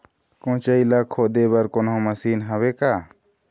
कोचई ला खोदे बर कोन्हो मशीन हावे का?